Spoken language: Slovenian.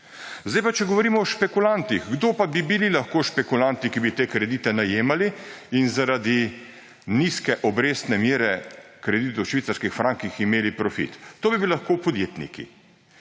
Zdaj pa, če govorimo o špekulantih. Kdo pa bi bili lahko špekulanti, ki bi te kredite najemali in zaradi nizke obrestne mere kredita v švicarskih frankih imeli profit? To bi bili lahko podjetniki: